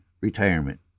retirement